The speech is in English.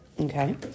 Okay